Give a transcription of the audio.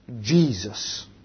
Jesus